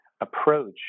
approach